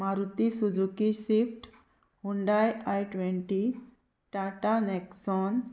Maruti Suzuki swift Hyundai I twenty Tata Nexon